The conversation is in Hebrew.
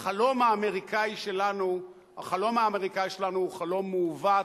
החלום האמריקני שלנו הוא חלום מעוות,